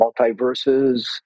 multiverses